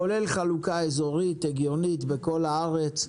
כולל חלוקה אזורית הגיונית בכל הארץ,